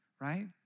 right